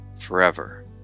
forever